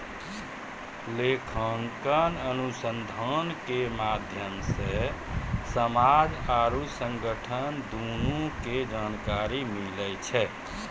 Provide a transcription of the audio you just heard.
लेखांकन अनुसन्धान के माध्यम से समाज आरु संगठन दुनू के जानकारी मिलै छै